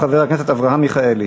חבר הכנסת אברהם מיכאלי.